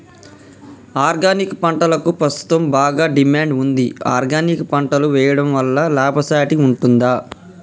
Organic పంటలకు ప్రస్తుతం బాగా డిమాండ్ ఉంది ఆర్గానిక్ పంటలు వేయడం వల్ల లాభసాటి ఉంటుందా?